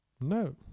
no